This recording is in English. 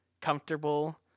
Comfortable